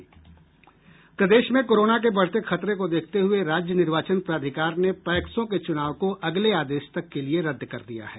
प्रदेश में कोरोना के बढ़ते खतरे को देखते हुये राज्य निर्वाचन प्राधिकार ने पैक्सों के चुनाव को अगले आदेश तक के लिए रद्द कर दिया है